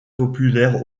populaire